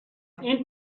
این